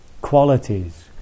qualities